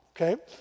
okay